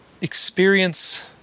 experience